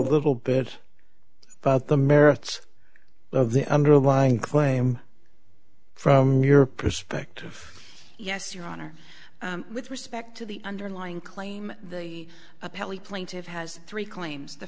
little bit about the merits of the underlying claim from your perspective yes your honor with respect to the underlying claim the appellee plaintive has three claims the